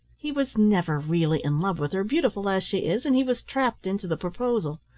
he was never really in love with her, beautiful as she is, and he was trapped into the proposal.